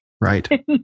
Right